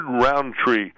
Roundtree